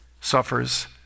suffers